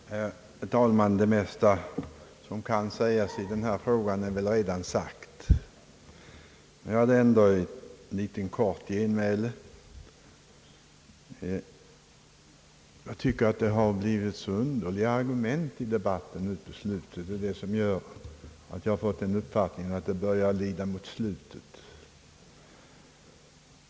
Herr talman! Det mesta som kan sägas i denna fråga är väl redan sagt. Jag vill ändå komma med ett litet kort genmäle. Jag tycker att det i debatten har framförts så underliga argument, och det gör att jag har fått den uppfattningen att debatten börjar lida mot sitt slut.